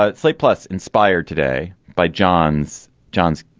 but slate plus inspired today by john's john's